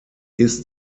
ist